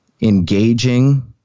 engaging